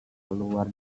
keluar